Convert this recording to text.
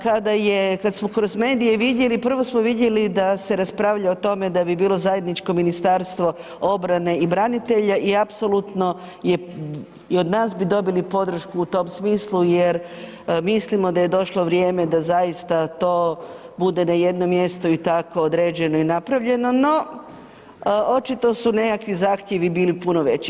Kada je, kad smo kroz medije vidjeli, prvo smo vidjeli da se raspravlja o tome da bi bilo zajedničko ministarstvo obrane i branitelja i apsolutno je i od nas bi dobili podršku u tom smislu jer mislimo da je došlo vrijeme da zaista to bude na jednom mjestu i tako određeno i napravljeno, no očito su nekakvi zahtjevi bili puno veći.